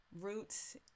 roots